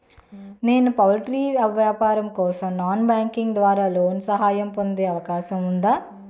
నేను పౌల్ట్రీ వ్యాపారం కోసం నాన్ బ్యాంకింగ్ ద్వారా లోన్ సహాయం పొందే అవకాశం ఉందా?